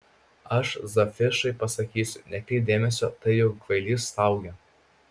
aš zavišai pasakysiu nekreipk dėmesio tai juk kvailys staugia